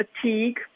fatigue